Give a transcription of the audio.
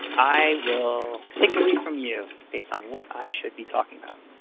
i will take the lead from you based on what i should be talking about.